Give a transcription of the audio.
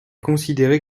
considéré